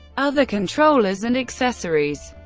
other controllers and accessories